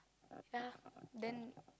ya then